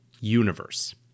universe